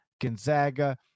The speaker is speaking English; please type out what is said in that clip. Gonzaga